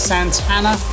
Santana